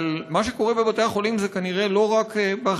אבל מה שקורה בבתי החולים זה כנראה לא באחריותך,